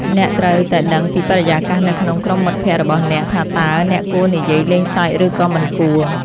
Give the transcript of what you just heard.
អ្នកត្រូវតែដឹងពីបរិយាកាសនៅក្នុងក្រុមមិត្តភក្តិរបស់អ្នកថាតើអ្នកគួរនិយាយលេងសើចឬក៏មិនគួរ។